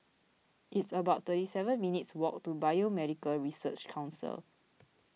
it's about thirty seven minutes' walk to Biomedical Research Council